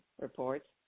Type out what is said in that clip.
reports